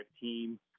team